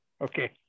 Okay